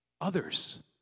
others